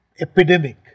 epidemic